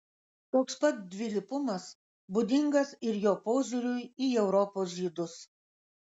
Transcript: toks pat dvilypumas būdingas ir jo požiūriui į europos žydus